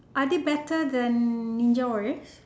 are they better than ninja warriors